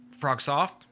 Frogsoft